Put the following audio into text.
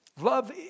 Love